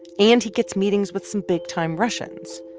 and, he gets meetings with some big-time russians,